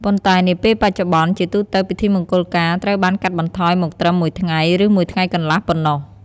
ប៉ុន្តែនាពេលបច្ចុប្បន្ន ជាទូទៅពិធីមង្គលការត្រូវបានកាត់បន្ថយមកត្រឹម មួយថ្ងៃ ឬមួយថ្ងៃកន្លះ ប៉ុណ្ណោះ។